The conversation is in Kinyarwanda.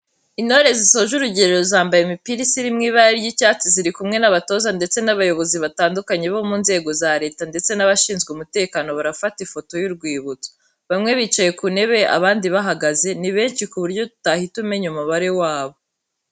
Intore zisoje urugerero zambaye imipira isa iri mu ibara ry'icyatsi ziri kumwe n'abatoza ndetse n'abayobozi batandukanye bo mu nzego za leta ndetse n'abashinzwe umutekano barafata ifoto y'urwibutso, bamwe bicaye ku ntebe abandi bahagaze, ni benshi ku buryo utahita umenya umubare wabo.